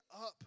up